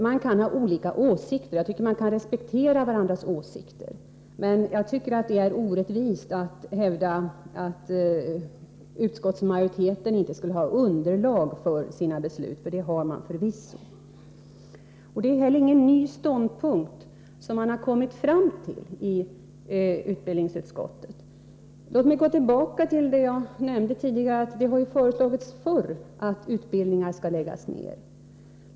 Vi kan ha olika åsikter och bör respektera varandras åsikter, men det är orättvist att hävda att utskottsmajoriteten inte skulle ha underlag för sina beslut. Det har den förvisso. Det är inte heller någon ny ståndpunkt som majoriteten i utbildningsutskottet har kommit fram till. Som jag nämnde har det tidigare föreslagits att utbildningar skulle läggas ned.